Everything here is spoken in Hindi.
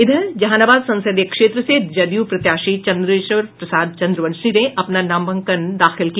इधर जहानाबाद संसदीय क्षेत्र से जदयू प्रत्याशी चन्देश्वर प्रसाद चन्द्रवंशी ने अपना नामांकन दाखिल किया